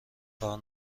کار